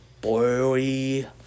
boy